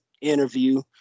interview